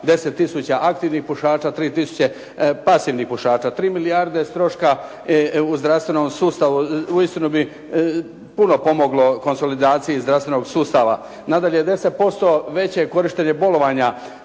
10000 aktivnih pušača, 3000 pasivnih pušača. 3 milijarde troška u zdravstvenom sustavu, uistinu bi puno pomoglo konsolidaciji zdravstvenog sustava. Nadalje, 10% veće korištenje bolovanja